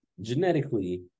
genetically